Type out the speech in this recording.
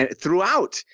throughout